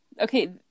okay